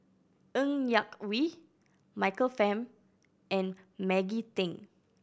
Ng Yak Whee Michael Fam and Maggie Teng